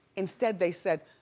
instead they said,